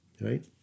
right